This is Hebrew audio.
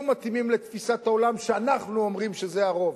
מתאימים לתפיסת העולם שאנחנו אומרים שהיא של הרוב,